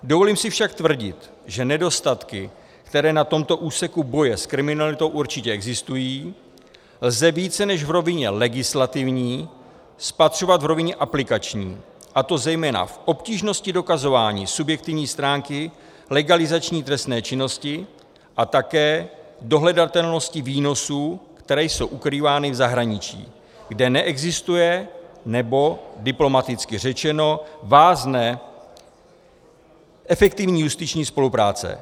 Dovolím si však tvrdit, že nedostatky, které na tomto úseku boje s kriminalitou určitě existují, lze více než v rovině legislativní spatřovat v rovině aplikační, a to zejména v obtížnosti dokazování subjektivní stránky legalizační trestné činnosti a také dohledatelnosti výnosů, které jsou ukrývány v zahraničí, kde neexistuje, nebo diplomaticky řečeno vázne efektivní justiční spolupráce.